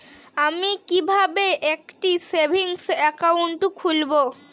আমি কিভাবে একটি সেভিংস অ্যাকাউন্ট খুলব?